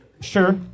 Sure